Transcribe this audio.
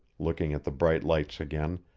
looking at the bright lights again,